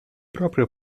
proprio